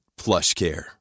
PlushCare